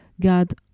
God